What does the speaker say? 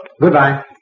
Goodbye